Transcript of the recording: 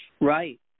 Right